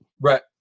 Right